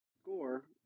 score